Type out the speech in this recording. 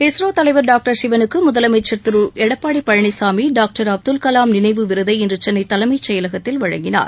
இஸ்ரோ தலைவர் டாக்டர் சிவனுக்கு முதலமைச்ச் திரு எடப்பாடி பழனினாமி டாக்டர் அப்துல் கவாம் நினைவு விருதை இன்று சென்னை தலைமைச் செயலகத்தில் வழங்கினார்